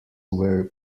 were